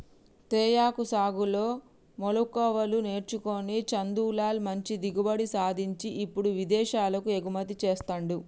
తేయాకు సాగులో మెళుకువలు నేర్చుకొని చందులాల్ మంచి దిగుబడి సాధించి ఇప్పుడు విదేశాలకు ఎగుమతి చెస్తాండు